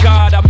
God